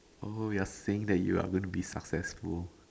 oh you're saying that you're going to be successful